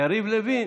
יריב לוין.